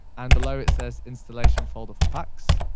and below it says installation folder for packs.